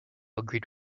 agreed